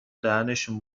دهنشون